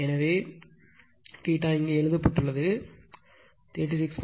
எனவே இது இங்கே எழுதப்பட்டுள்ளது 36